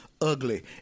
ugly